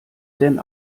denn